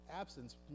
absence